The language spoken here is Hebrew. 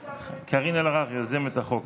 קארין אלהרר היא יוזמת החוק.